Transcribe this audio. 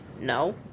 no